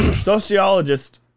Sociologist